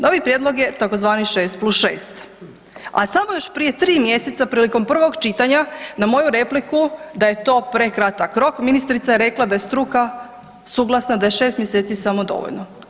Novi prijedlog je tzv. 6+6 a samo još prije 3 mj. prilikom prvog čitanja, na moju repliku da je to prekratak rok, ministrica je rekla da je struka suglasna da je 6 mj. samo dovoljno.